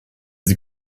sie